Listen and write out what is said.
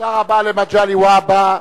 תודה רבה למגלי והבה.